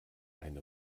eine